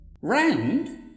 Round